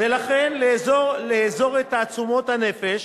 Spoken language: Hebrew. וכן לאזור את תעצומות הנפש,